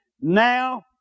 now